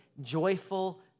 joyful